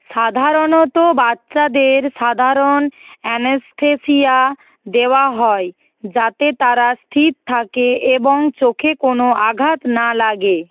সাধারণত বাচ্চাদের সাধারণ অ্যানেস্থেসিয়া দেওয়া হয় যাতে তারা স্থির থাকে এবং চোখে কোনো আঘাত না লাগে